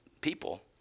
people